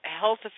health